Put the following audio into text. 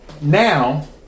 Now